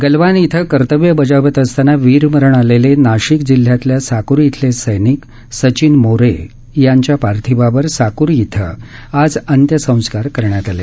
गलवान इथं कर्तव्य बजावत असताना वीरमरण आलेले नाशिक जिल्ह्यातल्या साकरी इथले समिक सचिन मोरे यांच्या पार्थिवावर साकरी इथ आज अंत्यसंस्कार करण्यात आले